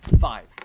Five